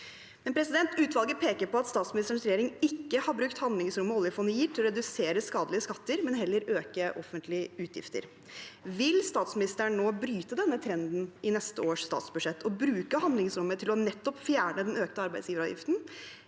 desember 2025. Utvalget peker på at statsministerens regjering ikke har brukt handlingsrommet oljefondet gir, til å redusere skadelige skatter, men heller til å øke offentlige utgifter. Vil statsministeren nå bryte denne trenden i neste års statsbudsjett og bruke handlingsrommet til nettopp å fjerne den økte arbeidsgiveravgiften?